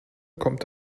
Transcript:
kommt